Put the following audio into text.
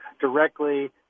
directly